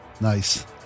Nice